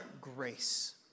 grace